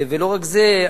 ולא רק זה,